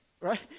right